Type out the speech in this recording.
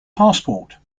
passport